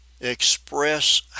express